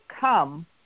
come